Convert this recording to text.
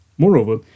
Moreover